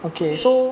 okay